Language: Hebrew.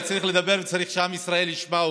אני צריך לדבר ואני צריך שעם ישראל ישמע אותי.